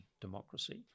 democracy